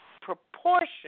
proportion